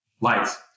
lights